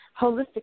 holistic